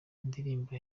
indirimbo